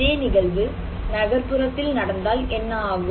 இதே நிகழ்வு நகர்புறத்தில் நடந்தால் என்ன ஆகும்